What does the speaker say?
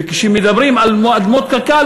וכשמדברים על אדמות קק"ל,